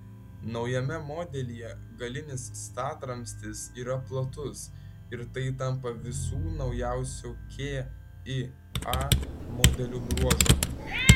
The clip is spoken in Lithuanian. naujame modelyje galinis statramstis yra platus ir tai tampa visų naujausių kia modelių bruožu